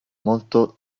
molto